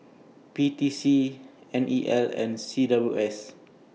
P T C N E L and C W S